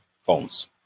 Phones